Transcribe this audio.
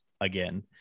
again